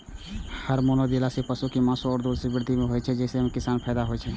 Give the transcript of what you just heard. hormone देला सं पशुक मासु आ दूध मे वृद्धि होइ छै, जइसे किसान कें फायदा होइ छै